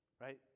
right